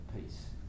peace